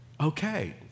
Okay